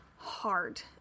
hard